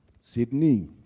Sydney